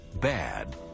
bad